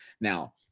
Now